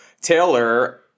Taylor